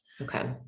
Okay